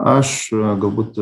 aš galbūt